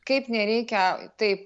kaip nereikia taip